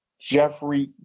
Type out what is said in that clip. Jeffrey